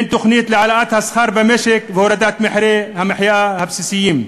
אין תוכנית להעלאת השכר במשק ולהורדת מחירי המחיה הבסיסיים,